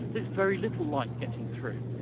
there's very little light getting through.